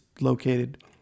located